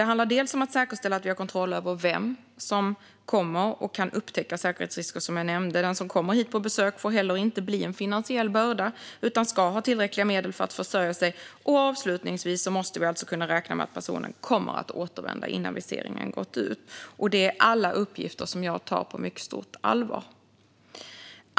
Det handlar om att säkerställa att vi har kontroll över vem som kommer så att vi kan upptäcka säkerhetsrisker. Den som kommer hit på besök får inte heller bli en kommersiell börda utan ska ha tillräckliga medel för att försörja sig. Avslutningsvis måste vi också kunna räkna med att personen kommer att återvända innan visumet löper ut. Alla dessa uppgifter tar jag på mycket stort allvar.